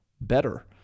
better